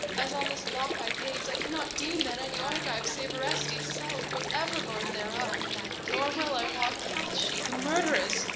as on this lock i gaze i cannot deem that any argive save orestes' self was ever lord thereof nor, well i wot, hath she, the murd'ress,